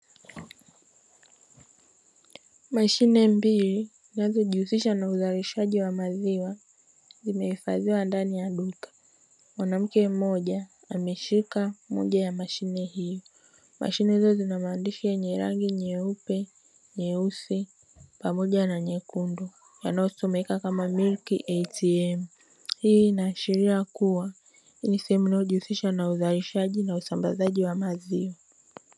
Mashine mbili zinazojihusisha na uzalishaji wa maziwa, zimehifadhiwa ndani ya duka. Mwanamke mmoja ameshika moja ya mashine hiyo. Mashine hizi zina maandishi yenye rangi nyeupe, nyeusi pamoja na nyekundu; yanayosomeka kama "Milk ATM". Hii inaashiria kuwa ni sehemu inayojihusisha na uzalishaji na usambazaji wa maziwa.